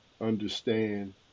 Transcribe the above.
understand